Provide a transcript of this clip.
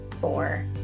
Four